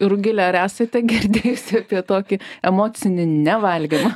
rugile ar esate girdėjusi apie tokį emocinį nevalgymą